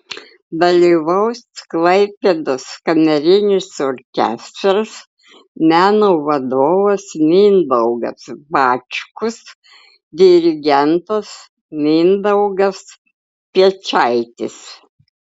dalyvaus klaipėdos kamerinis orkestras meno vadovas mindaugas bačkus dirigentas mindaugas piečaitis